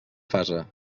fase